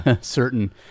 certain